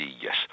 yes